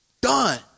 Done